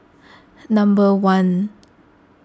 number one